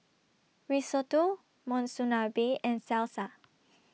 Risotto Monsunabe and Salsa